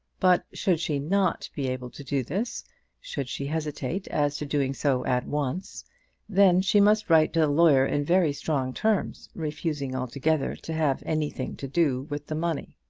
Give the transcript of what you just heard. but should she not be able to do this should she hesitate as to doing so at once then she must write to the lawyer in very strong terms, refusing altogether to have anything to do with the money.